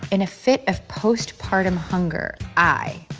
in a fit of postpartum hunger, i.